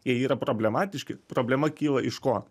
jie yra problematiški problema kyla iš ko